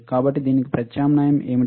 కాబట్టి దీనికి ప్రత్యామ్నాయం ఏమిటి